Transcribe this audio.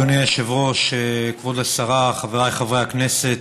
אדוני היושב-ראש, כבוד השרה, חבריי חברי הכנסת,